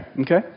okay